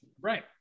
Right